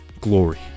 glory